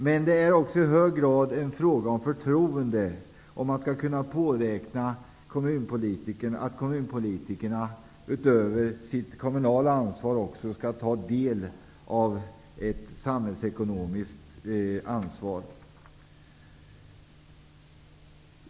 Men det är i hög grad även en fråga om förtroende om man skall kunna påräkna att kommunpolitikerna utöver sitt kommunala ansvar också skall ta sin del av ett samhällsekonomiskt helhetsansvar.